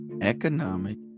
economic